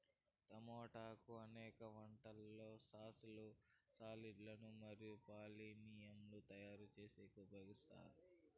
టమోటాలను అనేక వంటలలో సాస్ లు, సాలడ్ లు మరియు పానీయాలను తయారు చేసేకి ఉపయోగిత్తారు